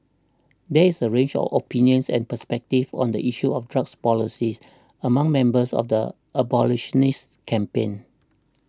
there is a range of opinions and perspectives on the issue of drug policy among members of the abolitionist campaign